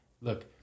look